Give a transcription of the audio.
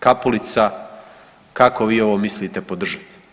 Kapulica kako vi ovo mislite podržat?